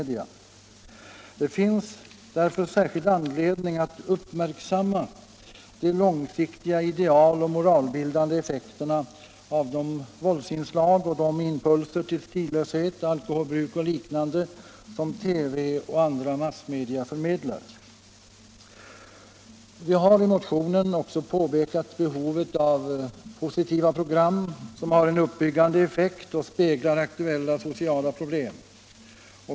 Det finns därför särskild anledning att uppmärksamma de långsiktiga idealoch moralbildande effekterna av de våldsinslag och impulser till stillöshet, alkoholbruk och liknande som TV och andra massmedia förmedlar. Vi har i motionen också påpekat behovet av positiva program, som har en uppbyggande effekt och som speglar aktuella sociala problem.